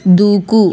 దూకు